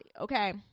okay